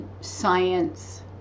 science